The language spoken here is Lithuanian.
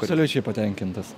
absoliučiai patenkintas